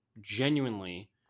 genuinely